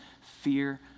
fear